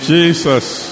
Jesus